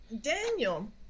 Daniel